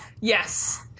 Yes